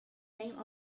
name